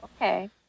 Okay